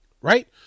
right